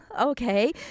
Okay